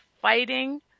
fighting